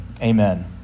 amen